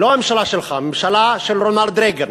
לא הממשלה שלך, הממשלה של רונלד רייגן,